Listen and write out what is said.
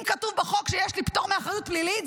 אם כתוב בחוק שיש לי פטור מאחריות פלילית,